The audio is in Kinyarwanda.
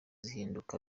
zihinduka